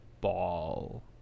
ball